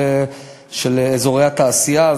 של אזורי התעשייה,